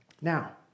Now